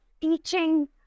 teaching